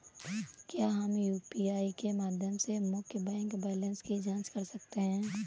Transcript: क्या हम यू.पी.आई के माध्यम से मुख्य बैंक बैलेंस की जाँच कर सकते हैं?